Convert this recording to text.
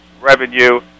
revenue